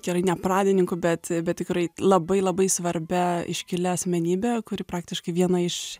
kerai ne pradininku bet tikrai labai labai svarbia iškilia asmenybe kuri praktiškai viena iš